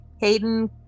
Hayden